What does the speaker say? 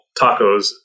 tacos